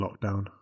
lockdown